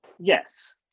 Yes